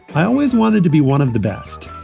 i always wanted to be one of the best.